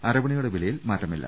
അരവണയുടെ വിലയിൽ മാറ്റമില്ല